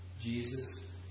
Jesus